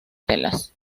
telas